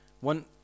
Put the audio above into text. One